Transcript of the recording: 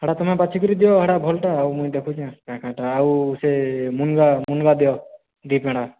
ହେଟା ତମେ ବାଛିକିରି ଦିଅ ହେଟା ଭଲ୍ଟା ମୁଇଁ ଦେଖୁଚେଁ କାଏଁ କାଏଁଟା ଆଉ ସେ ମୁନ୍ଗା ମୁନ୍ଗା ଦିଅ ଦୁଇ ପେଣା